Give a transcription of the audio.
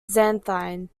xanthine